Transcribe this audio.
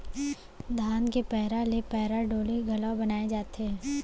धान के पैरा ले पैरा डोरी घलौ बनाए जाथे